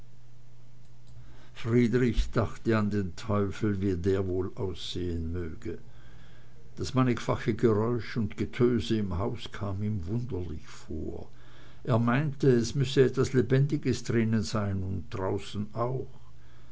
friedrich dachte an den teufel wie der wohl aussehen möge das mannigfache geräusch und getöse im hause kam ihm wunderlich vor er meinte es müsse etwas lebendiges drinnen sein und draußen auch